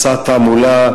מסע תעמולה,